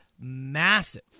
massive